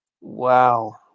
Wow